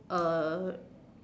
uh